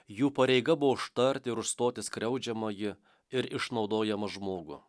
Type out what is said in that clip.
jų pareiga buvo užtarti užstoti skriaudžiamąjį ir išnaudojamą žmogų